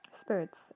Spirits